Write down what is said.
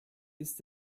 ist